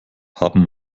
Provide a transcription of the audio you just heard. haben